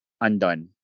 undone